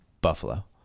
Buffalo